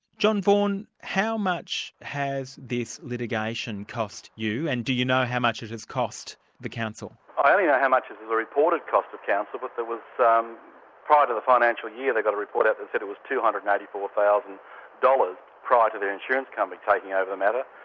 john vaughan, how much has this litigation cost you, and do you know how much it has cost the council? i only know how much is the reported cost to council, but there was um prior to the financial year, they got a report out that said it was two hundred and eighty four thousand dollars prior to their insurance company taking over the matter,